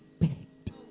begged